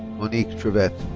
monique trevett.